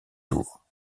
tour